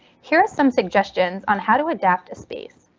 here are some suggestions on how to adapt a space.